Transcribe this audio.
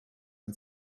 and